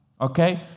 okay